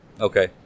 Okay